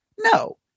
No